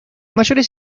mayores